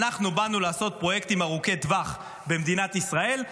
אנחנו באנו לעשות פרויקטים ארוכי טווח במדינת ישראל,